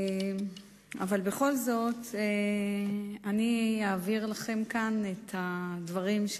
אבל בכל זאת אני אעביר לכם כאן את הדברים,